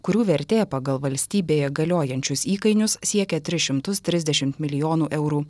kurių vertė pagal valstybėje galiojančius įkainius siekia tris šimtus trisdešimt milijonų eurų